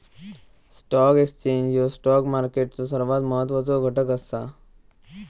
stock exchange ह्यो stock मार्केटचो सर्वात महत्वाचो घटक असा